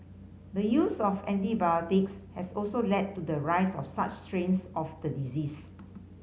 the use of antibiotics has also led to the rise of such strains of the disease